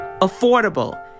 affordable